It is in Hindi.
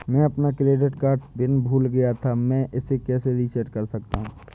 मैं अपना क्रेडिट कार्ड पिन भूल गया था मैं इसे कैसे रीसेट कर सकता हूँ?